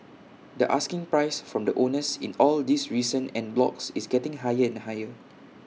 the asking price from the owners in all these recent en blocs is getting higher and higher